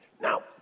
Now